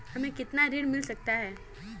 हमें कितना ऋण मिल सकता है?